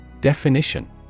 Definition